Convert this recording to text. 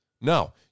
No